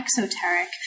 exoteric